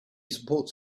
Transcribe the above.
supports